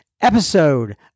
episode